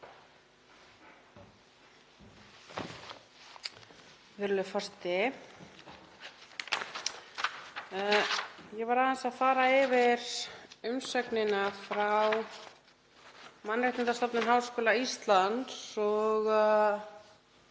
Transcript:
Virðulegur forseti. Ég var aðeins að fara yfir umsögnina frá Mannréttindastofnun Háskóla Íslands